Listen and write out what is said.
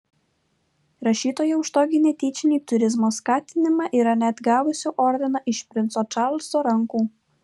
rašytoja už tokį netyčinį turizmo skatinimą yra net gavusi ordiną iš princo čarlzo rankų